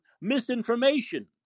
misinformation